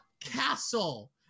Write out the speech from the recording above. Castle